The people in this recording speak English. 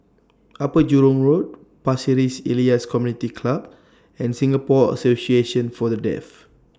Upper Jurong Road Pasir Ris Elias Community Club and Singapore Association For The Deaf